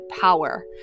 power